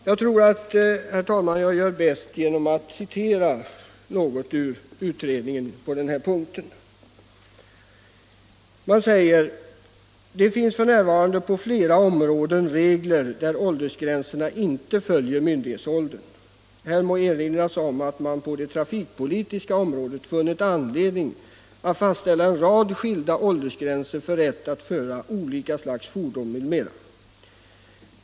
Jag tror, herr talman, att jag gör bäst i att citera vad utredningen sagt på denna punkt. Man säger: ”Det finns f. n. på flera områden regler där åldersgränserna inte följer myndighetsåldern. Här må erinras om att man på det trafikpolitiska området funnit anledning att fastställa en rad skilda åldersgränser för rätt att föra olika slags fordon m.m.